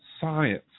science